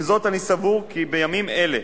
עם זאת אני סבור כי בימים אלה,